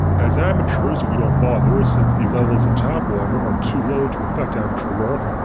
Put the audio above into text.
as amateurs we don't bother ah since the levels in tap water are too low to affect amateur work,